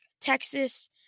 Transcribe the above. Texas